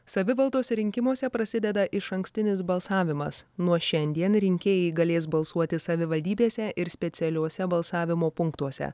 savivaldos rinkimuose prasideda išankstinis balsavimas nuo šiandien rinkėjai galės balsuoti savivaldybėse ir specialiuose balsavimo punktuose